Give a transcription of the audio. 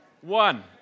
one